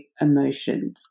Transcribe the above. emotions